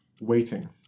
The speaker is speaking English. Waiting